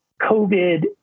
COVID